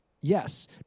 Yes